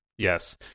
Yes